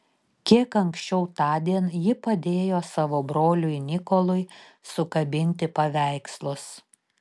kiek anksčiau tądien ji padėjo savo broliui nikolui sukabinti paveikslus